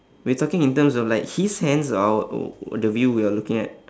we talking in terms of like his hands or our o~ the view we are looking at